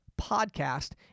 podcast